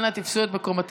אנא, תפסו את מקומכם.